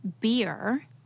beer